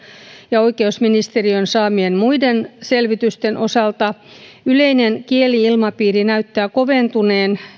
ja oikeusministeriön saamien muiden selvitysten osalta yleinen kieli ilmapiiri näyttää koventuneen